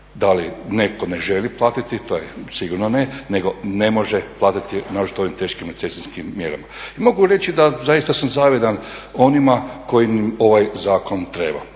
da li netko ne želi platiti to je sigurno ne, nego ne može platiti naročito u ovim teškim recesijskim mjerama. I mogu reći da zaista sam zavidan onima kojima ovaj zakon treba.